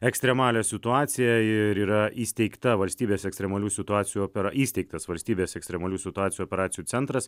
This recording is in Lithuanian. ekstremalią situaciją ir yra įsteigta valstybės ekstremalių situacijų opera įsteigtas valstybės ekstremalių situacijų operacijų centras